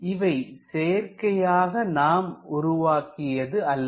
இவை செயற்கையாக நாம் உருவாக்கியது அல்ல